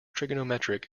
trigonometric